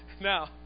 Now